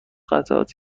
قطعات